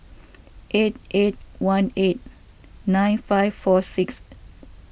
eight eight one eight nine five four six